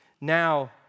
now